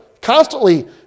Constantly